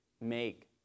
make